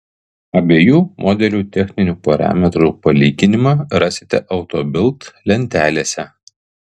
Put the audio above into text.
abiejų modelių techninių parametrų palyginimą rasite auto bild lentelėse